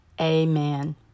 amen